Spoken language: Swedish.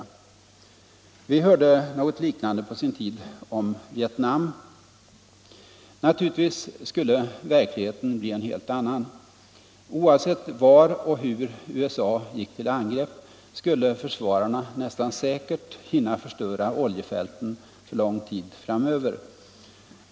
Vi hörde något liknande på sin tid om Vietnam. Naturligtvis skulle verkligheten bli en helt annan. Oavsett var och hur USA gick till angrepp skulle försvararna nästan säkert hinna förstöra oljefälten för lång tid framöver.